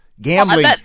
gambling